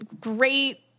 great